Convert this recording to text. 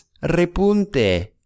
repunte